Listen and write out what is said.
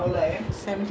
you lah